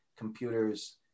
computers